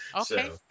Okay